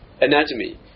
anatomy